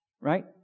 Right